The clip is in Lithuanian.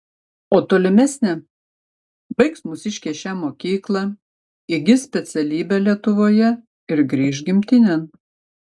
o tolimesnė baigs mūsiškiai šią mokyklą įgis specialybę lietuvoje ir grįš gimtinėn